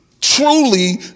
truly